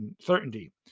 certainty